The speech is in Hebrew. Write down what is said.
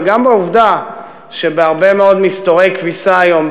וגם בעובדה שבהרבה מאוד מסתורי כביסה היום,